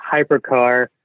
hypercar